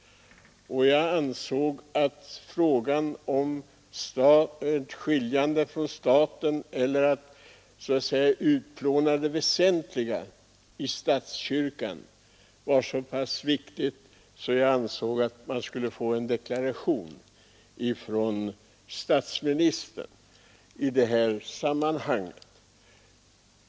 Jag ansåg att frågan om kyrkans skiljande från staten, om att så att säga utplåna det väsentliga i statskyrkan, var så pass viktig att man borde få en deklaration från statsministern i det sammanhanget.